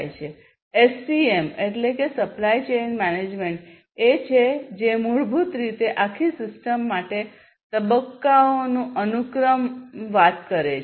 SCM SCM supply chain management એ છે કે મૂળભૂત રીતે આખી સિસ્ટમ માટેના તબક્કાઓની અનુક્રમ વાત કરે છે